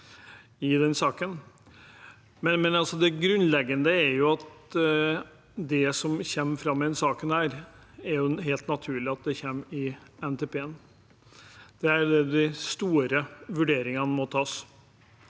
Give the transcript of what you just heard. saken. Det grunnleggende er at det som kommer fram i denne saken, er det helt naturlig at kommer i NTP-en. Det er der de store vurderingene må tas.